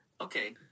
Okay